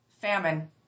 Famine